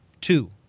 two